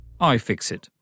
iFixit